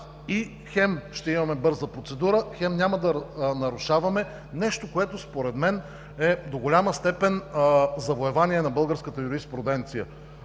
хем ще имаме бърза процедура, хем няма да нарушаваме нещо, което според мен до голяма степен е завоевание на българската юриспруденция.